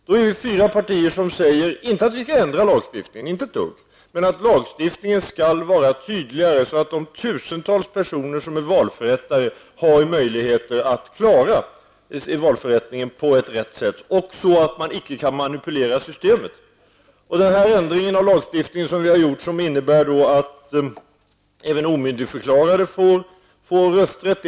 De fyra partierna menar inte att man skall ändra lagstiftningen men att lagstiftningen skall vara tydligare, så att de tusentals personer som är valförrättare kan klara valförrättningen på rätt sätt och så att systemet inte kan manipuleras. Den föreslagna ändringen av lagstiftningen innebär att även omyndigförklarade får rösträtt.